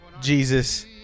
Jesus